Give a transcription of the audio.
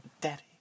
daddy